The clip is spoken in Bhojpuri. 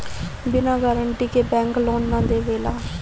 बिना गारंटी के बैंक लोन ना देवेला